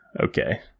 okay